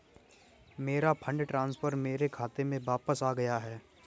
मेरा fund transfer मेरे खाते में वापस आ गया है